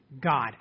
God